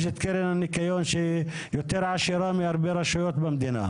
יש את קרן הניקיון שיותר עשירה מהרבה רשויות במדינה.